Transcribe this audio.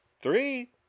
Three